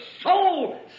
soul